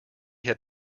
had